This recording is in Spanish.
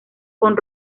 con